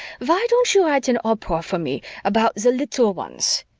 why don't you write an opera for me about the little ones,